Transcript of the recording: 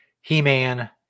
He-Man